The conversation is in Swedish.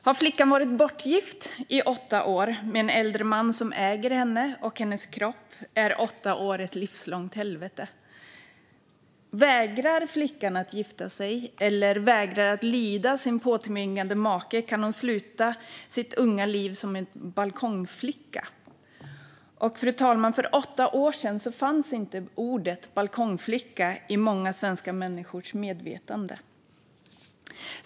Har flickan varit bortgift i åtta år med en äldre man som äger henne och hennes kropp är åtta år ett livslångt helvete. Om flickan vägrar gifta sig eller vägrar lyda sin påtvingade make kan hon sluta sitt unga liv som balkongflicka. För åtta år sedan, fru talman, fanns inte ordet "balkongflicka" i många svenska människors medvetande.